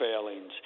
failings